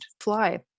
fly